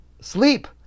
sleep